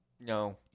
No